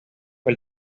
fue